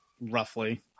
roughly